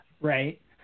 right